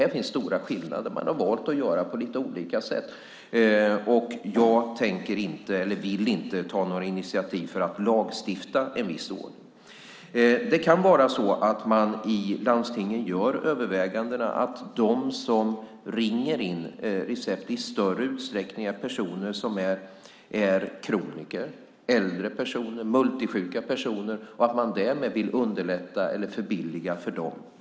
Här finns stora skillnader; man har valt att göra på lite olika sätt. Jag tänker inte och vill inte ta några initiativ för att lagstifta en viss ordning. Det kan vara så att man i landstingen gör övervägandet att de som ringer in recept i större utsträckning är personer som är kroniker, äldre personer och multisjuka personer. Därmed vill man underlätta och förbilliga för dem.